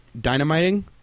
dynamiting